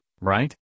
right